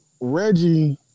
Reggie